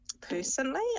personally